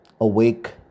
awake